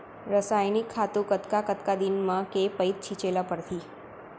रसायनिक खातू कतका कतका दिन म, के पइत छिंचे ल परहि?